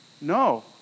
No